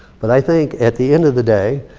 but i think at the end of the day,